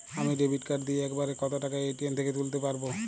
আমি debit card দিয়ে এক বারে কত টাকা এ.টি.এম থেকে তুলতে পারবো?